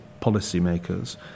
policymakers